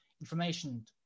information